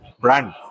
Brand